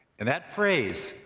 and that phrase,